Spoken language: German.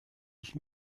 ich